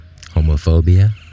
Homophobia